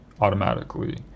automatically